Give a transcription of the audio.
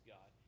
God